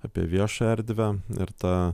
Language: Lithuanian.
apie viešą erdvę ir ta